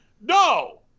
No